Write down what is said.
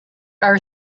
are